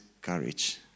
courage